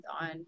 on